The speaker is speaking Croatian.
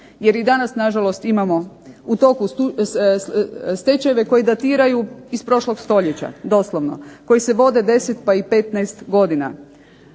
Jer i danas na žalost imamo stečajeve koji datiraju iz prošlog stoljeća doslovno, koji se vode 10 pa i 15 godina.